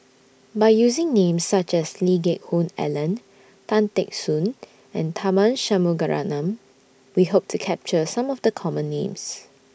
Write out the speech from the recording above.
By using Names such as Lee Geck Hoon Ellen Tan Teck Soon and Tharman Shanmugaratnam We Hope to capture Some of The Common Names